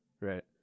Right